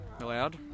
loud